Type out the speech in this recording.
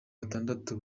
batandatu